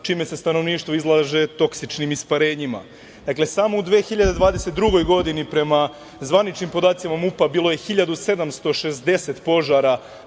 čime se stanovništvo izlaže toksičnim isparenjima. Dakle, samo u 2022. godini, prema zvaničnim podacima MUP-a bilo je 1.760 požara